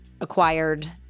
acquired